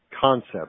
concept